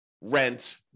rent